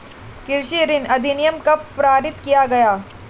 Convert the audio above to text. कृषि ऋण अधिनियम कब पारित किया गया?